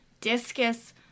discus